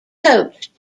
coached